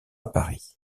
paris